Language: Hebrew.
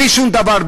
בלי שום דבר,